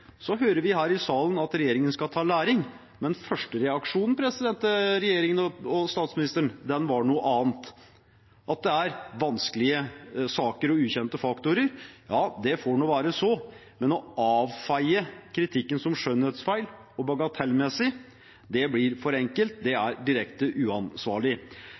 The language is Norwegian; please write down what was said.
Så hører vi her i salen at regjeringen skal ta læring, men den første reaksjonen til regjeringen og statsministeren var noe annet. At det er vanskelige saker og ukjente faktorer, får nå være så, men å avfeie kritikken som skjønnhetsfeil og bagatellmessig, blir for enkelt. Det er direkte uansvarlig.